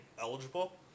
eligible